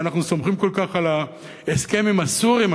כי אנחנו סומכים כל כך על ההסכם עם הסורים,